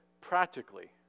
practically